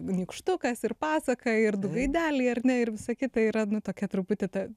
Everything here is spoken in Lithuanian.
nykštukas ir pasaka ir du gaideliai ar ne ir visa kita yra nu tokia truputį ta